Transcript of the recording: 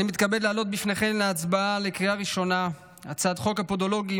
אני מתכבד להעלות בפניכם להצבעה בקריאה ראשונה את הצעת חוק הפודולוגים.